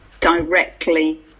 directly